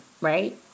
right